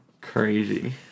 Crazy